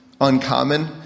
uncommon